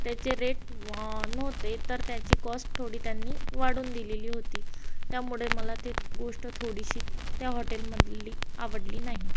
त्याचे रेट नव्हते तर त्याची कॉस्ट थोडी त्यांनी वाढवून दिलेली होती त्यामुळे मला ती गोष्ट थोडीशी त्या हॉटेलमधली आवडली नाही